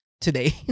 today